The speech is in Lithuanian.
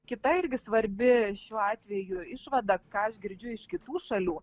kita irgi svarbi šiuo atveju išvada ką aš girdžiu iš kitų šalių